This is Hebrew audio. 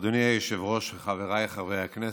אדוני היושב-ראש, חבריי חברי הכנסת,